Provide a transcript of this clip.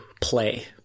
play